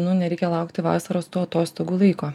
nu nereikia laukti vasaros tų atostogų laiko